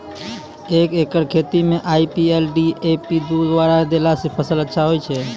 एक एकरऽ खेती मे आई.पी.एल डी.ए.पी दु बोरा देला से फ़सल अच्छा होय छै?